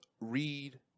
read